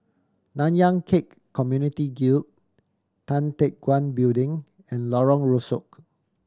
Nanyang Khek Community Guild Tan Teck Guan Building and Lorong Rusuk